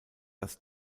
das